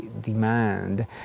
demand